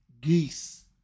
Geese